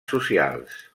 socials